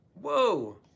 Whoa